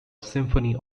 symphony